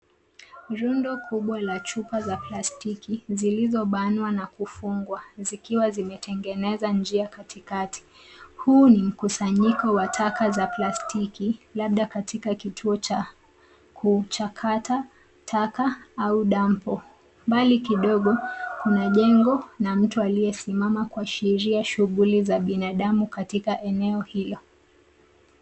Rundo kubwa la chupa za plastiki zilizobanwa na kufungwa zikiwa zimetengeneza njia katikati. Huu ni mkusanyiko wa taka za plastiki, labda katika kituo cha kuchakata taka au dampu. Mbali kidogo, kuna jengo na mtu aliyesimama kuashiria shughuli za binadamu katika eneo hilo.